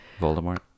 voldemort